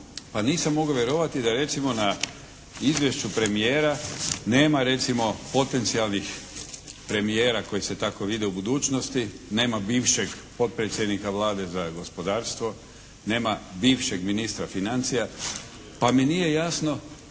pa nisam mogao vjerovati da recimo na izvješću premijera nema recimo potencijalnih premijera koji se tako vide u budućnosti, nema bivšeg potpredsjednika Vlade za gospodarstvo, nema bivšeg ministra financija, pa mi nije jasno,